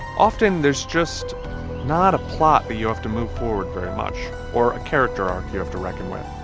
often there's just not a plot that you have to move forward very much or a character arc you have to reckon with.